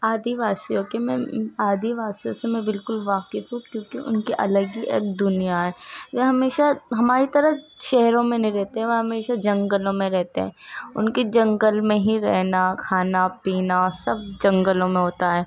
آدی واسیوں کی میں آدی واسیوں سے میں بالکل واقف ہوں کیونکہ ان کے الگ ہی ایک دنیا ہے وہ ہمیشہ ہماری طرح شہروں میں نہیں رہتے وہ ہمیشہ جنگلوں میں رہتے ہیں ان کے جنگل میں ہی رہنا کھانا پینا سب جنگلوں میں ہوتا ہے